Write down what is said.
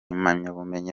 impamyabumenyi